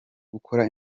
gukora